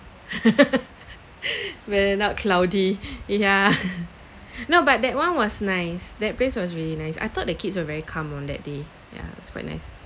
where not cloudy yeah no but that one was nice that place was really nice I thought the kids were very calm on that day yeah it's quite nice